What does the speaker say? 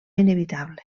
inevitable